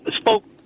spoke